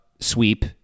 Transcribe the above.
sweep